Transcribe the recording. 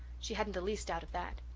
she hadn't the least doubt of that.